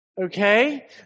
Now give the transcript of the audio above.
Okay